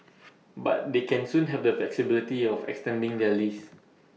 but they can soon have the flexibility of extending their lease